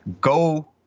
Go